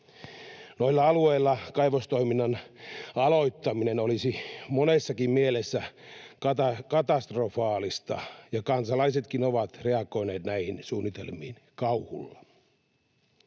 Noilla alueilla kaivostoiminnan aloittaminen olisi monessakin mielessä katastrofaalista, ja kansalaisetkin ovat reagoineet näihin suunnitelmiin kauhulla.